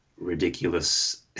ridiculous